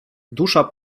dusza